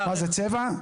מה זה, צבע?